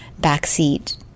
backseat